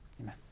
Amen